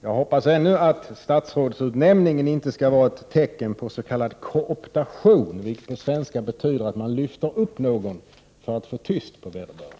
Jag hoppas ännu att statsrådsutnämningen inte skall vara ett tecken på s.k. kooptation, vilket på svenska betyder att man lyfter upp någon för att få tyst på vederbörande.